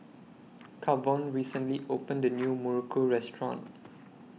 Kavon recently opened A New Muruku Restaurant